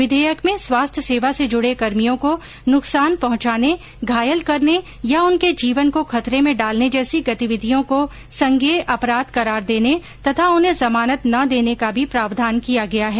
विधेयक में स्वास्थ्य सेवा से जूडे कर्मियों को नुकसान पहंचाने घायल करने या उनके जीवन को खतरे में डालने जैसी गतिविधियों को संज्ञेय अपराध करार देने तथा उन्हें जमानत न देने का भी प्रावधान किया गया है